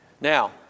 Now